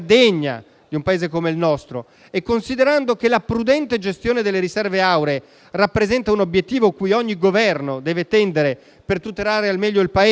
di un Paese come il nostro, e considerando che la prudente gestione delle riserve auree rappresenta un obiettivo cui ogni Governo deve tendere per tutelare al meglio il Paese